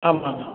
ஆமாங்க